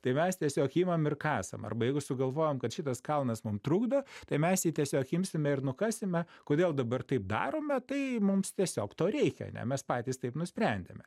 tai mes tiesiog imam ir kasam arba jeigu sugalvojam kad šitas kalnas mum trukdo tai mes jį tiesiog imsime ir nukasime kodėl dabar taip darome tai mums tiesiog to reikia ne mes patys taip nusprendėme